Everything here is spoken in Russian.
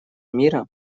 мира